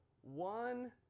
one